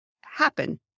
happen